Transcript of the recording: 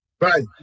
Right